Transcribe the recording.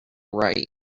right